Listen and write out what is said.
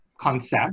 concept